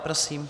Prosím.